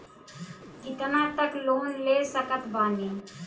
कितना तक लोन ले सकत बानी?